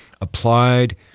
applied